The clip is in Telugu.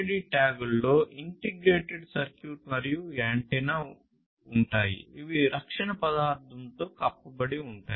RFID ట్యాగ్లో ఇంటిగ్రేటెడ్ సర్క్యూట్ మరియు యాంటెన్నా ఉంటాయి ఇవి రక్షణ పదార్థంతో కప్పబడి ఉంటాయి